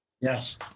yes